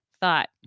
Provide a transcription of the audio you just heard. thought